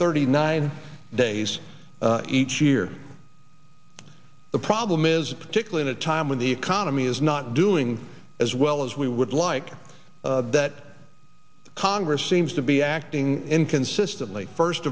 thirty nine days each year the problem is particularly at a time when the economy is not doing as well as we would like that congress seems to be acting inconsistently first